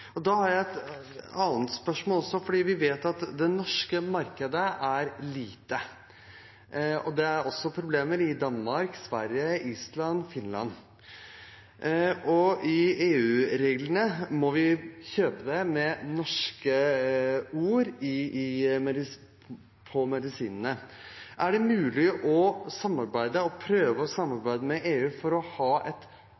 har et annet spørsmål også. Vi vet at det norske markedet er lite. Det er også problemer i Danmark, Sverige, Island og Finland. Ifølge EU-reglene må det være norsk tekst på medisinene vi kjøper. Er det mulig å prøve å samarbeide med EU for å